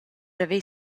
haver